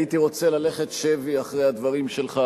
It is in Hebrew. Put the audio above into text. הייתי רוצה ללכת שבי אחרי הדברים שלך,